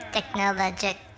Technologic